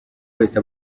wese